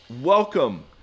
welcome